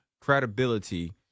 credibility